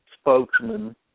spokesman